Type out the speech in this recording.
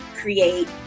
create